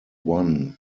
one